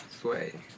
Sway